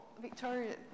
Victoria